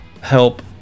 help